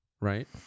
right